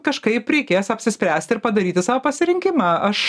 kažkaip reikės apsispręst ir padaryti sau pasirinkimą aš